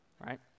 right